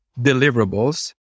deliverables